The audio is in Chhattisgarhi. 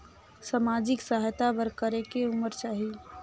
समाजिक सहायता बर करेके उमर चाही?